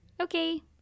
Okay